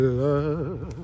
love